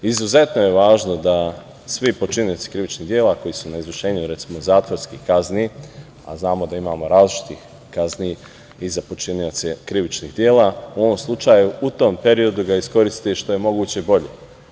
Izuzetno je važno da svi počinioci krivičnog dela koji su na izvršenju, recimo, zatvorskih kazni, a znamo da imamo različitih kazni i za počinioce krivičnih dela u ovom slučaju, u tom periodu ga iskoristi što je moguće bolje.